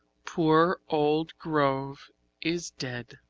poor old grove is dead.